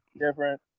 different